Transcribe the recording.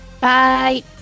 bye